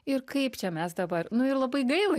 ir kaip čia mes dabar nu ir labai gaila